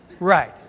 Right